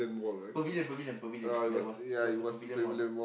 Pavilion Pavilion Pavilion ya it was it was the Pavilion-Mall